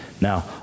Now